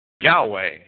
Yahweh